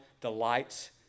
delights